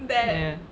ya